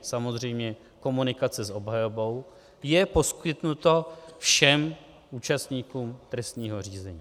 samozřejmě včetně komunikace s obhajobou, je poskytnuto všem účastníkům trestního řízení.